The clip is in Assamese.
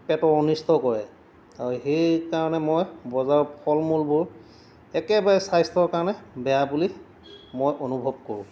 পেটৰ অনিষ্ট কৰে আৰু সেইকাৰণে মই বজাৰৰ ফল মূলবোৰ একেবাৰে স্বাস্থ্যৰ কাৰণে বেয়া বুলি মই অনুভৱ কৰোঁ